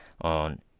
on